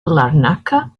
larnaca